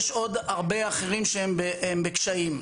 יש עוד הרבה אחרים שהם בקשיים.